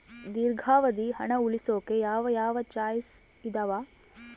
ದೇರ್ಘಾವಧಿ ಹಣ ಉಳಿಸೋಕೆ ಯಾವ ಯಾವ ಚಾಯ್ಸ್ ಇದಾವ?